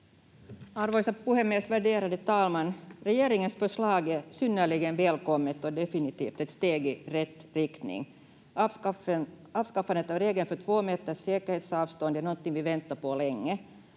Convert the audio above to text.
Arvoisa puhemies, värderade talman! Regeringens förslag är synnerligen välkommet och definitivt ett steg i rätt riktning. Avskaffandet av regeln för två meters säkerhetsavstånd är någonting vi väntat på länge.